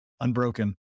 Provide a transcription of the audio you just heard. unbroken